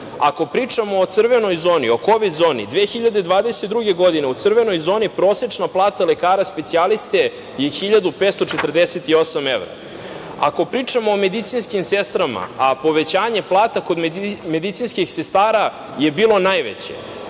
Ako pričamo o crvenoj zoni, o Kovid zoni 2022. godine u crvenoj zoni prosečna plata lekara specijaliste je 1548. evra. Ako pričamo o medicinskim sestrama, a povećanje plata kod medicinskih sestara je bilo najveće